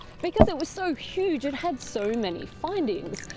because it was so huge it had so many findings.